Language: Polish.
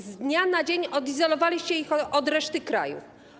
Z dnia na dzień odizolowaliście ich od reszty kraju.